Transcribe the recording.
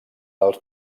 els